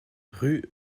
rue